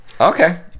Okay